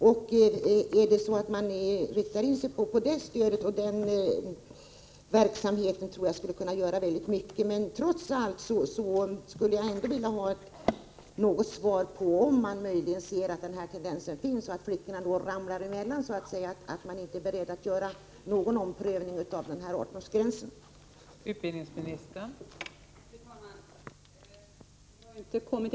Jag tror att en inriktning på ett sådant stöd skulle kunna göra mycket, men trots allt vill jag ha svar på min fråga: Är regeringen beredd att göra en omprövning av 18-årsgränsen, om man ser att det finns en tendens till att flickorna så att säga ”ramlar emellan?”